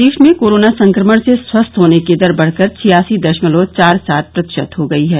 प्रदेश में कोरोना संकमण से स्वस्थ होने की दर बढ़कर छियासी दशमलव चार सात प्रतिशत हो गई है